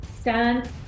stand